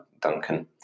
Duncan